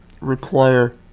require